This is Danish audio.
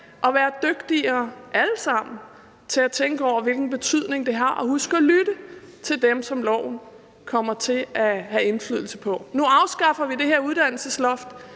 være dygtigere til at tænke over, hvilken betydning det har at huske at lytte til dem, som en lov kommer til at have indflydelse på. Nu afskaffer vi det her uddannelsesloft.